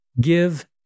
give